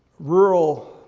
rural,